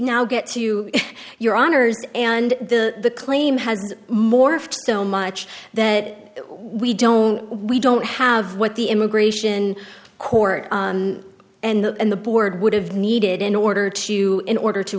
now get to your honor's and the claim has morphed so much that we don't we don't have what the immigration court and the and the board would have needed in order to in order to